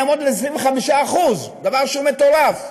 יעמוד על 25% דבר שהוא מטורף.